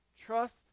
trust